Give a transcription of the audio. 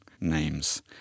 names